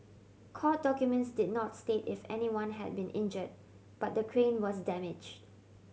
court documents did not state if anyone had been injured but the crane was damaged